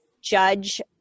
judge